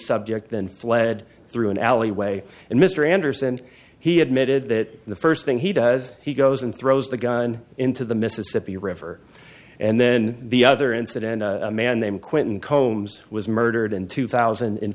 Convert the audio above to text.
subject then fled through an alleyway and mr anderson he admitted that the first thing he does he goes and throws the gun into the mississippi river and then the other incident a man named quentin combs was murdered in two thousand and